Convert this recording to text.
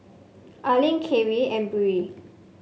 Arlin Carie and Beau